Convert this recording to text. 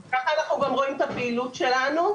ככה אנחנו גם רואים את הפעילות שלנו.